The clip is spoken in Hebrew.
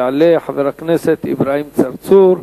יעלה חבר הכנסת אברהים צרצור.